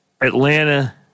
Atlanta